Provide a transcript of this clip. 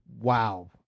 Wow